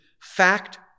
fact